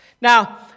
Now